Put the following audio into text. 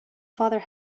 father